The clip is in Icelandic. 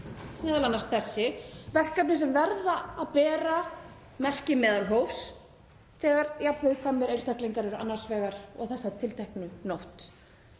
m.a. þessi, verkefni sem verða að bera merki meðalhófs þegar jafn viðkvæmir einstaklingar eru annars vegar og þessa tilteknu nótt.